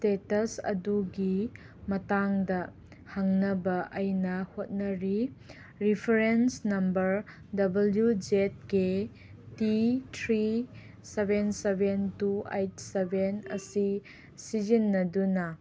status ꯑꯗꯨꯒꯤ ꯃꯇꯥꯡꯗ ꯍꯪꯅꯕ ꯑꯩꯅ ꯍꯣꯠꯅꯔꯤ reference number W Z K T three seven seven two eight seven ꯑꯁꯤ ꯁꯤꯖꯤꯟꯅꯗꯨꯅ